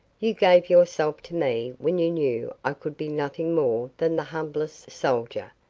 you gave yourself to me when you knew i could be nothing more than the humblest soldier.